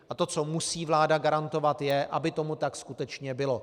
A to, co musí vláda garantovat, je, aby tomu tak skutečně bylo.